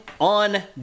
on